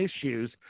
issues